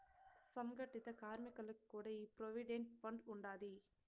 సంగటిత కార్మికులకి కూడా ఈ ప్రోవిడెంట్ ఫండ్ ఉండాది